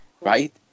right